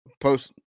post